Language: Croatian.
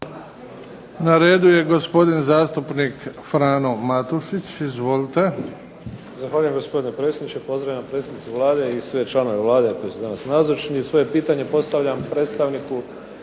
Na redu je gospodin zastupnik Frano Matušić. Izvolite. **Matušić, Frano (HDZ)** Zahvaljujem gospodine predsjedniče. Pozdravljam predsjednicu Vlade i sve članove Vlade koji su danas nazočni. Svoje pitanje postavljam predstavniku